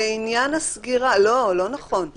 לא נכון.